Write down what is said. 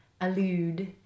allude